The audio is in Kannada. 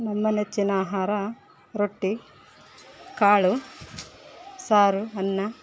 ನನ್ನ ನೆಚ್ಚಿನ ಆಹಾರ ರೊಟ್ಟಿ ಕಾಳು ಸಾರು ಅನ್ನ